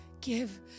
give